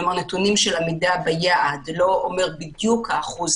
כלומר נתונים על עמידה ביעד זה לא אומר בדיוק את האחוז,